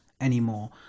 anymore